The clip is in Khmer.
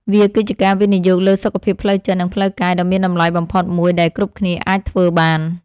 វាគឺជាការវិនិយោគលើសុខភាពផ្លូវចិត្ត និងផ្លូវកាយដ៏មានតម្លៃបំផុតមួយដែលគ្រប់គ្នាអាចធ្វើបាន។